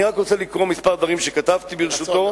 אני רק רוצה לקרוא כמה דברים שכתבתי, ברשותו,